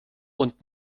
und